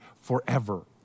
forever